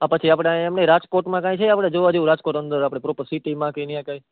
તો પછી આપણે એમ નઈ રાજકોટમાં કઈ છે જોવા જેવું આપણે રાજકોટ અંદર પ્રોપર સીટીમાં કે યા કઈ હા